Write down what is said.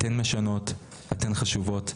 אתן משנות, אתן חשובות,